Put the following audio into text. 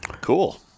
Cool